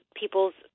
people's